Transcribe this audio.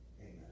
Amen